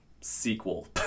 sequel